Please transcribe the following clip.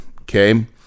okay